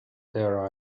their